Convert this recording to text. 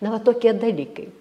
na va tokie dalykai